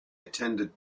attended